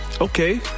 Okay